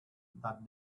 that